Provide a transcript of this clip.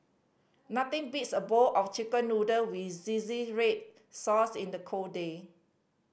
nothing beats a bowl of Chicken Noodle with red sauce in the cold day